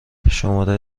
شماره